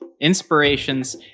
inspirations